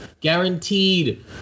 Guaranteed